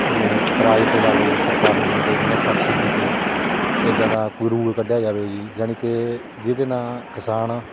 ਕਿਰਾਏ 'ਤੇ ਲਾ ਲਓ ਸਰਕਾਰ ਨੂੰ ਦੇਣੇ ਚਾਹੀਦੇ ਜਾਂ ਸਬਸਿਡੀ 'ਤੇ ਇੱਦਾਂ ਦਾ ਕੋਈ ਰੂਲ ਕੱਢਿਆ ਜਾਵੇ ਜੀ ਯਾਨੀ ਕੇ ਜਿਹਦੇ ਨਾਲ ਕਿਸਾਨ